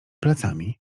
placami